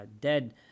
dead